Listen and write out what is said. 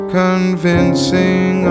convincing